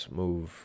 move